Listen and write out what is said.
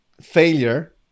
failure